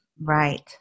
Right